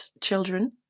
children